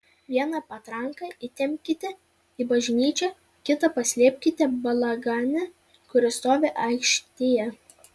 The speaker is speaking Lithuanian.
vieną patranką įtempkite į bažnyčią kitą paslėpkite balagane kuris stovi aikštėje